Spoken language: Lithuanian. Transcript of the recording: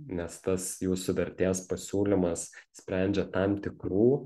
nes tas jūsų vertės pasiūlymas sprendžia tam tikrų